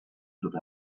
tot